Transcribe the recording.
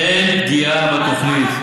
אין פגיעה בתוכנית.